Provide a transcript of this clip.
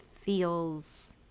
feels